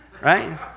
Right